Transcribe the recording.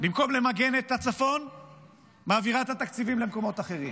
במקום למגן את הצפון היא מעבירה את התקציבים למקומות אחרים.